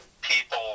people